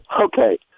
okay